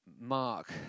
Mark